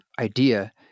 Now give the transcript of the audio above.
idea